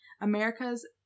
america's